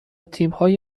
تیمهای